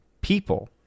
people